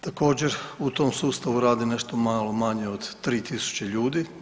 Također u tom sustavu radi nešto malo manje od 3000 ljudi.